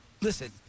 Listen